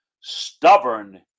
stubborn